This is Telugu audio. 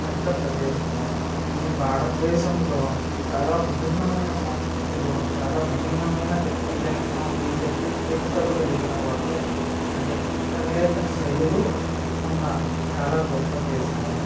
పెద్ద ప్రదేశము ఈ భారతదేశంలో చాలా విభిన్నమైన సంస్కృతులు చాలా విభిన్నమైన చిత్రలేఖనం గీసే ప్రత్యేకతలు కలిగిన వారు అంటే చిత్రలేఖన శైలులు ఉన్న చాలా గొప్ప దేశము